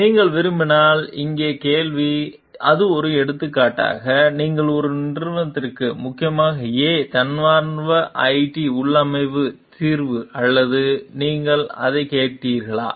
நீங்கள் விரும்பினால் இங்கே கேள்வி அது ஒரு எடுத்துக்காட்டாக இது நிறுவனத்திற்கு முக்கியமா A தன்னார்வ ஐடி உள்ளமைவு தீர்வு அல்லது நீங்கள் அதைக் கேட்கிறீர்களா